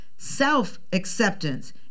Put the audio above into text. Self-acceptance